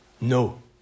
No